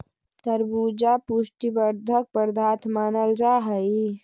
तरबूजा पुष्टि वर्धक पदार्थ मानल जा हई